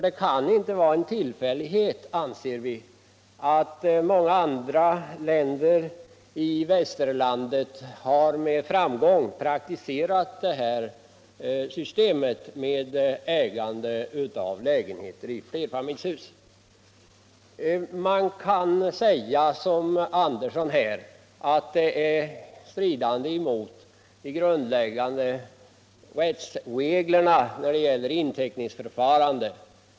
Det kan inte vara en tillfällighet att många andra länder i västerlandet med framgång har praktiserat ett system med ägande av lägenheter i flerfamiljshus. Man kan säga som herr Andersson att systemet är stridande mot de grundläggande rättsreglerna när det gäller inteckningsförfarandet.